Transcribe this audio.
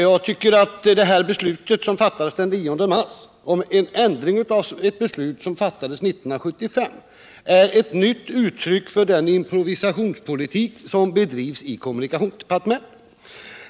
Jag tycker att det beslut som fattades den 9 mars om en ändring av ett beslut som fattades 1975 är ett nytt uttryck för den improvisationspolitik som bedrivs i kommunikationsdepartementet.